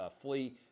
flee